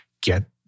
get